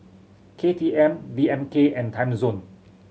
K T M D M K and Timezone